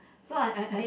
so I I I